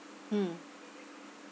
mm